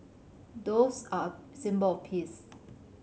doves are a symbol of peace